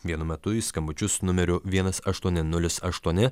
vienu metu į skambučius numeriu vienas aštuoni nulis aštuoni